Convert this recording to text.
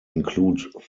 include